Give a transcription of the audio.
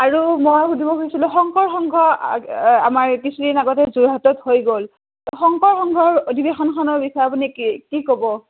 আৰু মই সুধিব খুজিছিলোঁ শংকৰ সংঘ আমাৰ কিছুদিন আগতে যোৰহাটত হৈ গ'ল শংকৰ সংঘৰ অধৱেশনখনৰ বিষয়ে আপুনি কি কি ক'ব